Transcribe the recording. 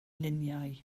luniau